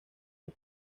los